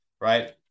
right